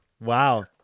Wow